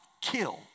kill